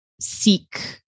seek